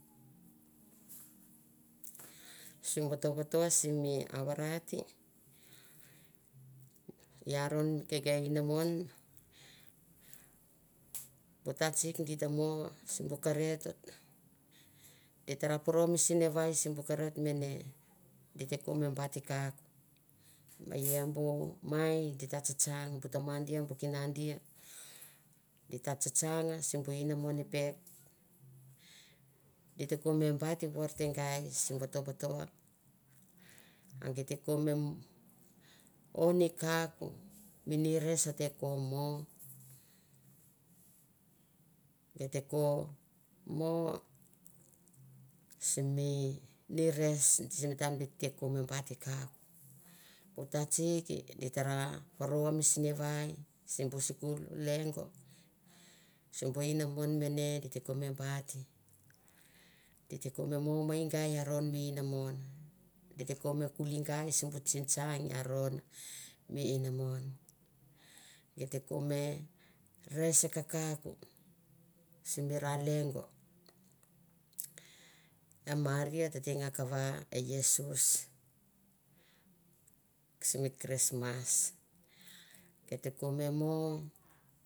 Sim voto voto simi avarati, i aron ke ngai enamon. bu tatsik di ta mo simi bu kereto, di tara poro mi sinavai simi sim by kerot mene. Di te ko me bat i kauk, e ia bu mai di tsatsang bu tama dia bu kina dia. di tsatsang sim bu enamon i pek di te ko me bait vorote ngai sim votoa, a gei te ko me nires a te ko mo. Gei te ko mo simi nires sim taim di te ko me bati kauk, bu tatsik di tara paro mi sinavai sim bu sikul lengo, sim bu enamon mane di te ko me kuli gai sim bu tsingtsang i aron mi inamon. Geit te ko me res kakauk simi mi ra lengo. E maria tete nga kava e iesus simi krismas. Geit te ko me mo